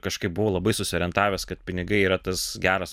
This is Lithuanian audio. kažkaip buvo labai susiorientavęs kad pinigai yra tas geras